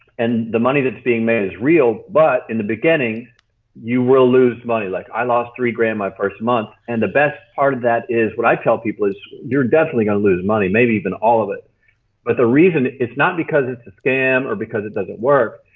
and the money that's being made is real, but in the beginning you will lose money. like i lost three grand my first month and the best part of that is, what i tell people is, you're definitely going to lose money, maybe even all of it but the reason. it's not because it's a scam or because it doesn't work,